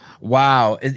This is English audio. Wow